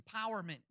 empowerment